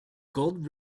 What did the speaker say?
gold